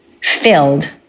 filled